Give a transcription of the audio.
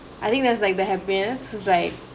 I think that's like the happiness because like